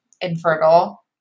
infertile